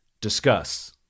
discuss